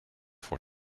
for